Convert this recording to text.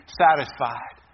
satisfied